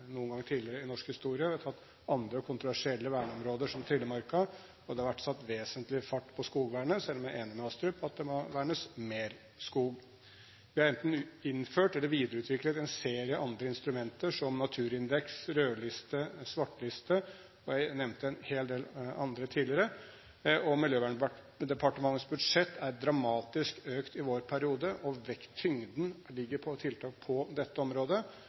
noen gang tidligere i norsk historie. Vi har tatt andre og kontroversielle verneområder, som Trillemarka, og det har vært satt vesentlig fart på skogvernet – selv om jeg er enig med Astrup i at det må vernes mer skog. Vi har enten innført eller videreutviklet en serie andre instrumenter, som naturindeks, rødliste, svartliste – jeg nevnte en hel del andre tidligere – og Miljøverndepartementets budsjett er dramatisk økt i vår periode. Tyngden ligger på tiltak på dette området,